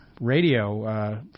radio